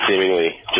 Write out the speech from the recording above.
seemingly